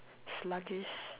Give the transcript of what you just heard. sluggish